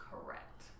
Correct